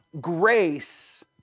grace